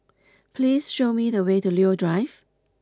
please show me the way to Leo Drive